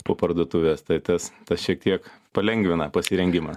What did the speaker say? po parduotuves tai tas tas šiek tiek palengvina pasirengimą